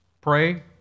Pray